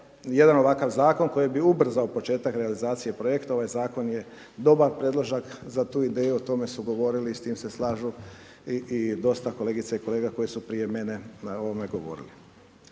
jedan ovakav Zakon koji bi ubrzao početak realizacije projekta, ovaj Zakon je dobar predložak za tu ideju, o tome su govorili i s time se slažu i dosta kolegica i kolega koji su prije mene na ovome govorili.